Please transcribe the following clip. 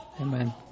Amen